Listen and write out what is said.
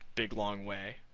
big long way.